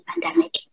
pandemic